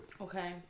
Okay